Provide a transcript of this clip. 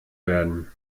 werden